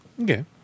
Okay